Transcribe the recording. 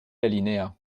l’alinéa